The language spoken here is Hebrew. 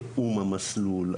תיאום המסלול,